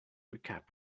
recap